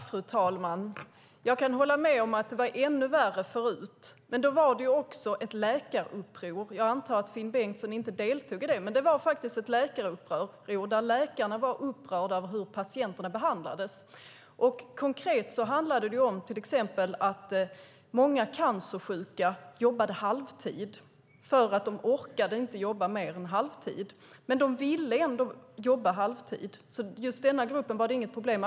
Fru talman! Jag kan hålla med om att det var ännu värre förut, men då var det också ett läkaruppror. Jag antar att Finn Bengtsson inte deltog i det. Det var faktiskt ett läkaruppror där läkarna var upprörda över hur patienterna behandlades. Konkret handlade det till exempel om att många cancersjuka jobbade halvtid eftersom de inte orkade jobba mer, men de ville ändå jobba halvtid. Det var inga problem för just den här gruppen.